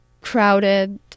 crowded